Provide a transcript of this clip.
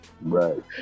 right